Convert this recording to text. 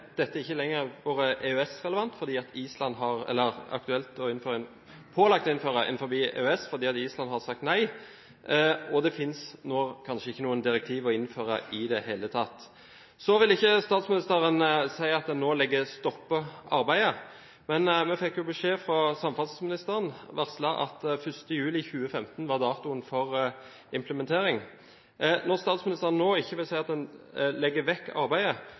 EØS, og det finnes nå kanskje ikke noe direktiv å innføre i det hele tatt. Statsministeren vil ikke si at en nå stopper arbeidet, men vi fikk jo beskjed fra samferdselsministeren som varslet at 1. juli 2015 var datoen for implementering. Når statsministeren nå ikke vil si at en legger vekk arbeidet,